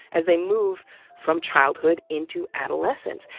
as they move from childhood into adolescence.